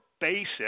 basic